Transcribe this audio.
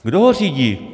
Kdo ho řídí?